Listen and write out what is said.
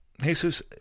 Jesus